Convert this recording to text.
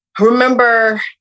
remember